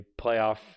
playoff